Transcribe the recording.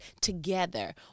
together